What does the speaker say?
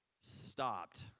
stopped